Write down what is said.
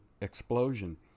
explosion